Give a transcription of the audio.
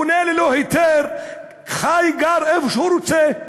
בונה ללא היתר, חי וגר איפה שהוא רוצה,